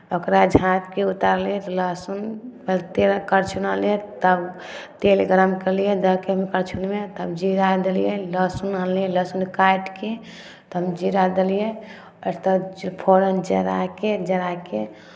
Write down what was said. ओकरा झाँपि कऽ उतारलियै तऽ लहसुन तेल आ करछु आनलियै तब तेल गरम केलियै दऽ कऽ ओहिमे करछुलमे तब जीरा देलियै लहसुन आनलियै लहसुन काटि कऽ तब जीरा देलियै आओर तब फोरन चढ़ा कऽ जरा कऽ